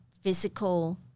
physical